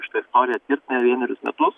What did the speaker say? šitą istoriją tirt ne vienerius metus